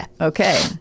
Okay